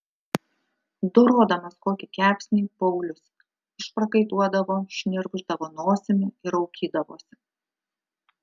dorodamas kokį kepsnį paulius išprakaituodavo šnirpšdavo nosimi ir raukydavosi